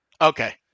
Okay